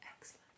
Excellent